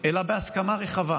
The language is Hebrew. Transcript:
אלא בהסכמה רחבה.